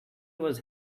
was